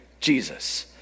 Jesus